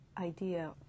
idea